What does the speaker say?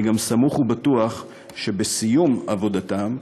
אני גם סמוך ובטוח שבסיום עבודתם,